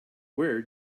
where